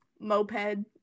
Moped